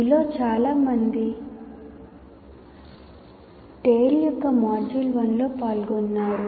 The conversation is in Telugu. మీలో చాలామంది TALE యొక్క మాడ్యూల్ 1 లో పాల్గొన్నారు